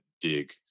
dig